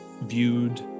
viewed